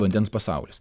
vandens pasaulis